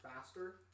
faster